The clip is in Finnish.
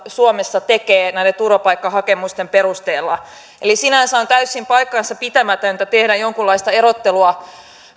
suomessa tekee näiden turvapaikkahakemusten perusteella sinänsä on täysin paikkansapitämätöntä tehdä jonkunlaista erottelua